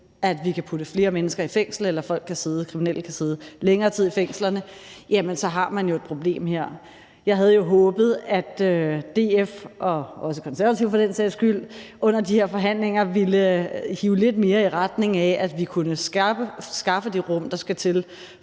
at vi kan putte flere mennesker i fængsel, eller at kriminelle kan sidde længere tid i fængsel, har man et problem her. Jeg havde jo håbet, at DF og også Konservative for den sags skyld under de her forhandlinger ville hive lidt mere i retning af, at vi kunne skaffe det rum, der skal til,